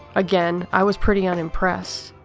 again, i was pretty unimpressed.